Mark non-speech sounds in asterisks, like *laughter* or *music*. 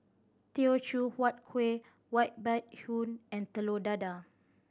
Teochew Huat Kueh white *unintelligible* hoon and Telur Dadah